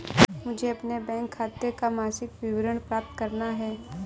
मुझे अपने बैंक खाते का मासिक विवरण प्राप्त करना है?